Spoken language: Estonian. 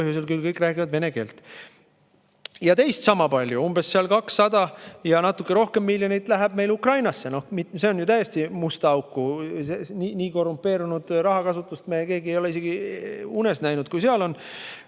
räägivad küll kõik vene keelt. Ja teist sama palju, umbes 200 ja natuke rohkem miljonit, läheb meil Ukrainasse. No see on ju täiesti musta auku! Nii korrumpeerunud rahakasutust ei ole me keegi isegi unes näinud, kui seal on